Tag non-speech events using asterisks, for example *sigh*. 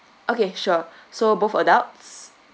okay sure *breath* so both adults